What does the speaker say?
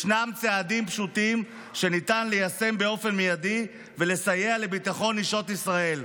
יש צעדים פשוטים שניתן ליישם באופן מיידי ולסייע לביטחון נשות ישראל.